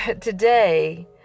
today